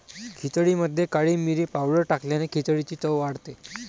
खिचडीमध्ये काळी मिरी पावडर टाकल्याने खिचडीची चव वाढते